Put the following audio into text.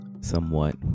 somewhat